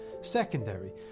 secondary